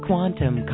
Quantum